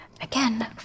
Again